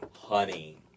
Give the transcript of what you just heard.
Honey